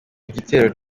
gitero